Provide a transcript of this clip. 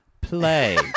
play